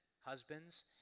husbands